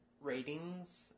ratings